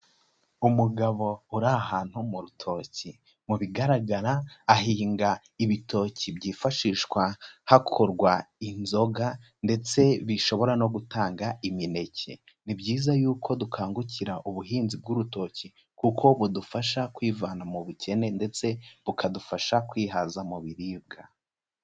Umugabo uri ahantu mu rutoki, mu bigaragara ahinga ibitoki byifashishwa hakorwa inzoga ndetse bishobora no gutanga imineke, ni byiza yuko dukangukira ubuhinzi bw'urutoki, kuko budufasha kwivana mu bukene ndetse bukadufasha kwihaza mu biribwa.